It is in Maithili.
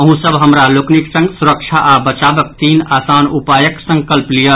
अहूँ सभ हमरा लोकनिक संग सुरक्षा आ बचावक तीन आसान उपायक संकल्प लियऽ